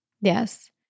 Yes